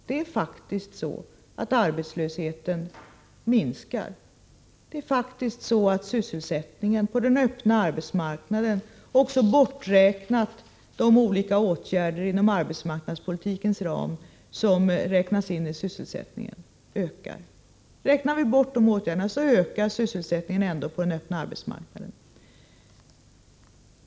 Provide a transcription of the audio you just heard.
Det är ett faktum att arbetslösheten minskar och att sysselsättningen på den öppna arbetsmarknaden ökar, Också om vi räknar bort de olika åtgärderna inom arbetsmarknadspolitikens ram ökar sysselsättningen på den öppna arbetsmarknaden.